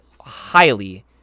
highly